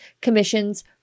commission's